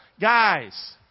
Guys